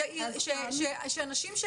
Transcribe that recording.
האוצר בהקשר הזה והחשב הכללי החליטו